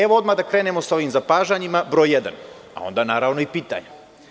Evo, odmah da krenemo sa ovim zapažanjima broj jedan, a onda naravno i pitanja.